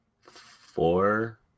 four